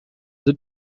the